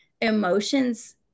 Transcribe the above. emotions